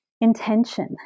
intention